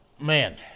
Man